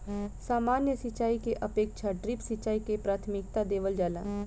सामान्य सिंचाई के अपेक्षा ड्रिप सिंचाई के प्राथमिकता देवल जाला